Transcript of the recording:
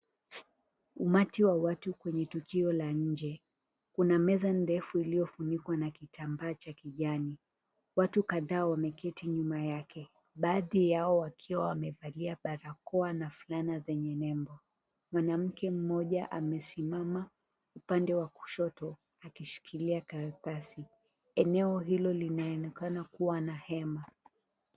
Umati wa watu kwenye tukio la nje, kuna meza ndefu iliyofunikwa na kitambaa cha kijani. Watu kadhaa wameketi nyuma yake, baadhi yao wakiwa wamevalia barakoa na fulana zenye nembo. Mwanamke mmoja amesimama, upande wa kushoto, akishikilia karatasi. Eneo hilo linaonekana kuwa na hema.